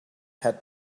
had